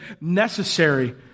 necessary